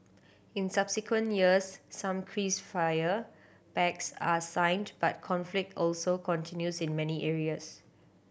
in subsequent years some crease fire pacts are signed but conflict also continues in many areas